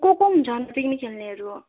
को को हुन्छ अन्त पिकनिक खेल्नेहरू